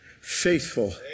faithful